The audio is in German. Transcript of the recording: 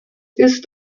ist